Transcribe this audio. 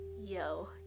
yo